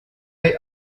hay